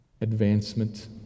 advancement